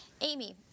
Amy